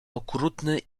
okrutny